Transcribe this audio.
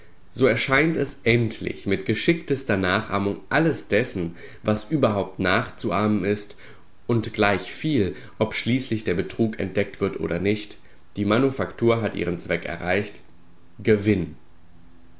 so erscheint es endlich mit geschicktester nachahmung alles dessen was überhaupt nachzuahmen ist und gleichviel ob schließlich der betrug entdeckt wird oder nicht die manufaktur hat ihren zweck erreicht gewinn